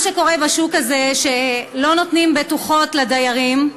מה שקורה בשוק הזה, שלא נותנים בטוחות לדיירים,